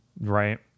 right